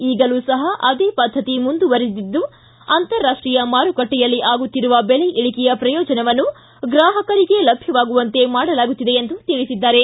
ಈಗಲೂ ಸಹ ಅದೇ ಪದ್ದತಿ ಮುಂದುವರಿದಿದ್ದು ಅಂತಾರಾಷ್ಷೀಯ ಮಾರುಕಟ್ಟೆಯಲ್ಲಿ ಆಗುತ್ತಿರುವ ಬೆಲೆ ಇಳಿಕೆಯ ಪ್ರಯೋಜನವನ್ನು ಗ್ರಾಹಕರಿಗೆ ಲಭ್ಯವಾಗುವಂತೆ ಮಾಡಲಾಗುತ್ತಿದೆ ಎಂದು ತಿಳಿಸಿದ್ದಾರೆ